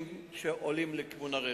אדוני היושב-ראש,